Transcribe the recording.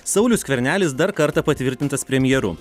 saulius skvernelis dar kartą patvirtintas premjeru